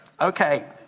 okay